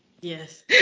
Yes